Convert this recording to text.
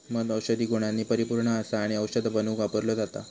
मध औषधी गुणांनी परिपुर्ण असा आणि औषधा बनवुक वापरलो जाता